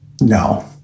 No